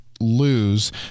lose